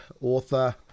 author